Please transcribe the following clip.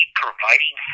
providing